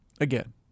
again